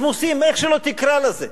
רוסים, שמוסים, איך שלא תקרא לזה.